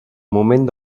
moment